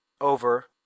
over